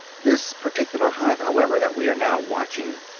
this particular hive, however, that we are now watching,